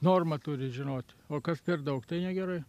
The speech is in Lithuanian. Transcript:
normą turi žinoti o kas per daug tai negerai